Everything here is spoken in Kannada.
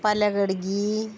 ಪಲಗಡ್ಗೆ